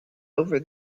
over